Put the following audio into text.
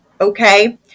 Okay